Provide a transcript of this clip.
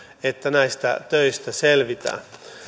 että näistä töistä selvitään